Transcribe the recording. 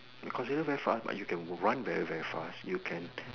consider very fast but you can run very very fast you can